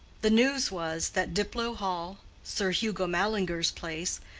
the news was that diplow hall, sir hugo mallinger's place,